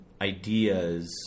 ideas